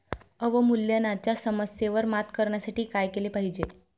अवमूल्यनाच्या समस्येवर मात करण्यासाठी काय केले पाहिजे?